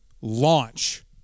launch